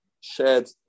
shared